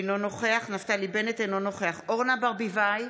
אינו נוכח נפתלי בנט, אינו נוכח אורנה ברביבאי,